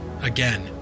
Again